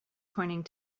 pointing